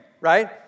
right